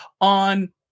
on